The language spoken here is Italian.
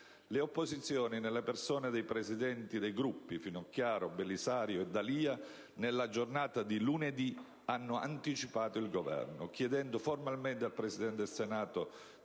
Le opposizioni, nella persone dei presidenti dei Gruppi Finocchiaro, Belisario e D'Alia, nella giornata di lunedì hanno anticipato il Governo, chiedendo formalmente al Presidente del Senato